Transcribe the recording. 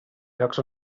llocs